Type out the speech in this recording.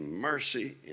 mercy